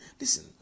Listen